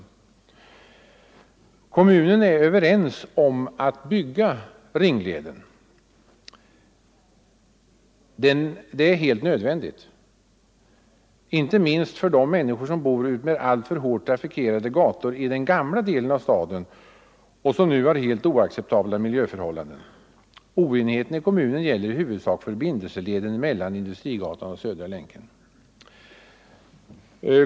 Inom kommunen är man överens om att bygga en ringled. En sådan är helt nödvändig — inte minst för de människor som bor utmed alltför hårt trafikerade gator i den gamla delen av staden och som nu har helt oacceptabla miljöförhållanden. Oenigheten i kommunen gäller i huvudsak förbindelseleden mellan Industrigatan och Södra länken.